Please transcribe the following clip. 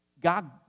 God